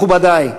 מכובדי,